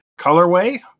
Colorway